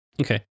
Okay